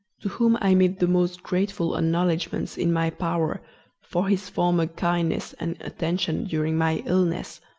to whom i made the most grateful acknowledgments in my power for his former kindness and attention during my illness.